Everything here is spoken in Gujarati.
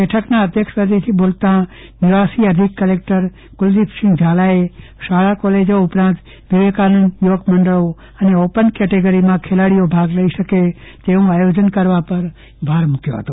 બેઠકના અધ્યક્ષ પદેથી બોલત ાનિવાસી અધિક કલેકટર કુલદીપસિંહ ઝાલાએ શાળા કોલેજો ઉપરાંત વિવેકાનંદ યુવક મંડળ અને ઓપન કેટેગરીમાં ખેલાડીઓ ભાગ લઈ શકે તેવું આયોજન કરવા પર ભાર મુક્યો હતો